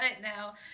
now